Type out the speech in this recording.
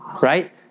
Right